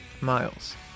Miles